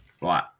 Right